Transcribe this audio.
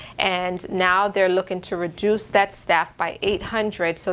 and now they're looking to reduce that staff by eight hundred. so,